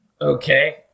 Okay